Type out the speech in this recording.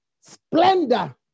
splendor